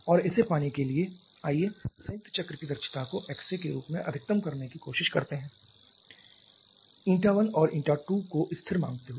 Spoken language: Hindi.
और इसे पाने के लिए आईए संयुक्त चक्र की दक्षता को xA के रूप में अधिकतम करने की कोशिश करते हैं η1और η2 को स्थिर मांगते हुए